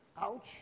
Ouch